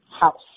house